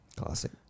Classic